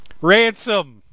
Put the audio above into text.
Ransom